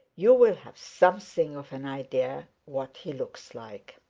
you will have something of an idea what he looks like.